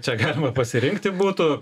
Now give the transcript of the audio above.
čia galima pasirinkti būtų